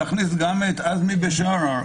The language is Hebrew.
להכניס גם את עזמי בשארה,